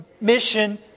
mission